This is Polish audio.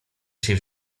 się